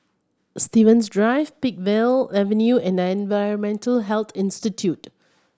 Stevens Drive Peakville Avenue and Environmental Health Institute